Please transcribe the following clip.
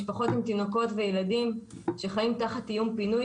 משפחות עם תינוקות וילדים שחיים תחת איום פינוי